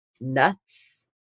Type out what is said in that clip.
nuts